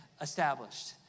established